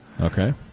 Okay